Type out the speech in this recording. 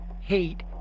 hate